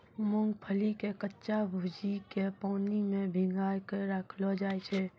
मूंगफली के कच्चा भूजिके पानी मे भिंगाय कय खायलो जाय छै